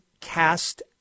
cast